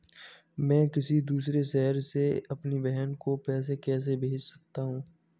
मैं किसी दूसरे शहर से अपनी बहन को पैसे कैसे भेज सकता हूँ?